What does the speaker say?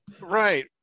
Right